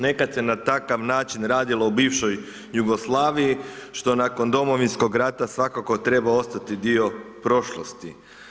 Nekad se na takav način radilo u bivšoj Jugoslaviji što nakon Domovinskog rata svakako treba ostati dio prošlosti.